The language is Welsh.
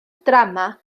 drama